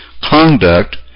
conduct